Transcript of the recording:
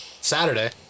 Saturday